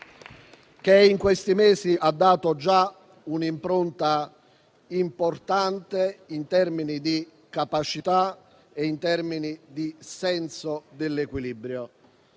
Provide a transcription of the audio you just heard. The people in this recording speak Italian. che in questi mesi ha dato già un'impronta importante in termini di capacità e senso dell'equilibrio,